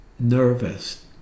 Nervous